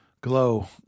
Glow